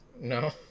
No